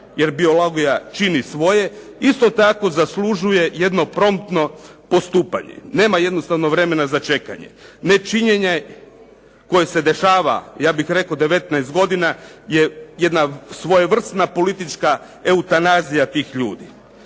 jer biologija čini svoje isto tako zaslužuje jedno promptno postupanje. Nema jednostavno vremena za čekanje. Nečinjenje koje se dešava ja bih rekao 19 godina je jedna svojevrsna politička eutanazija tih ljudi.